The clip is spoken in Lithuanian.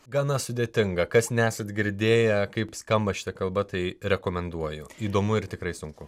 gana sudėtinga kas nesat girdėję kaip skamba šita kalba tai rekomenduoju įdomu ir tikrai sunku